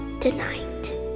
tonight